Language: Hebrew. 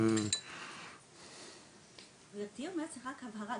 זו רק הבהרה,